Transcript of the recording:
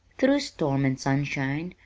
through storm and sunshine,